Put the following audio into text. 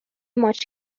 ماچ